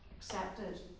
accepted